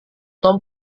tom